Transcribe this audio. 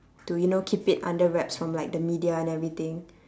to you know keep it under wraps from like the media and everything